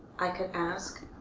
i could ask,